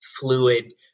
fluid